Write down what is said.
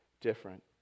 different